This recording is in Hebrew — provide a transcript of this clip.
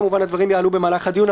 כמובן הדברים יעלו במהלך הדיון,